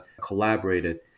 collaborated